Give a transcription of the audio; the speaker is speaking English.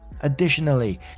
Additionally